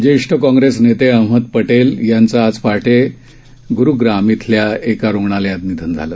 ज्येष्ठ काँग्रेस नेते अहमद पटेल यांचं आज पहाटे ग्रगाव इथल्या एका रुग्णालयात निधन झालं